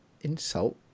insult